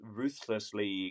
ruthlessly